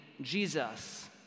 Jesus